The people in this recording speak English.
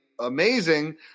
amazing